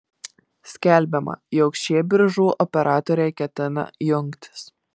skelbiama jog šie biržų operatoriai ketina jungtis